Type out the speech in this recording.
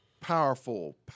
powerful